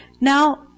Now